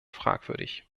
fragwürdig